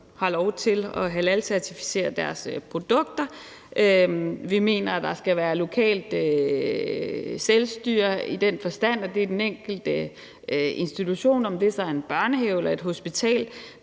har lov til at halalcertificere deres produkter. Vi mener, at der skal være lokalt selvstyre i den forstand, at det er den enkelte institution, om det så er en børnehave eller et hospital,